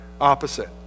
opposite